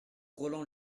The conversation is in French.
roland